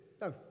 No